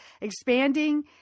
expanding